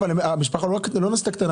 אבל המשפחה לא קטנה.